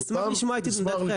אני נשמח לשמוע את עמדתכם.